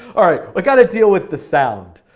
alright, we got to deal with the sound.